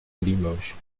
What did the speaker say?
limoges